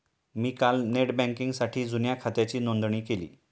मी काल नेट बँकिंगसाठी जुन्या खात्याची नोंदणी केली